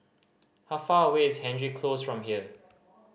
how far away is Hendry Close from here